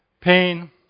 pain